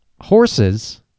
Horses